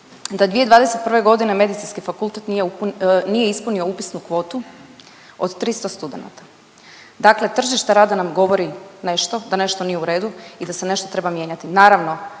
da 2021. Medicinski fakultet nije ispunio upisnu kvotu od 300 studenata, dakle tržište rada nam govori nešto, da nešto nije u redu i da se nešto treba mijenjati.